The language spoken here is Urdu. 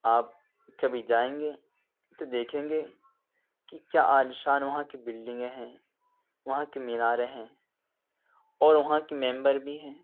آپ کبھی جائیں گے تو دیکھیں گے کہ کیا عالیشان وہاں کی بلڈنگیں ہیں وہاں کی میناریں ہیں اور وہاں کے ممبر بھی ہیں